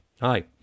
Hi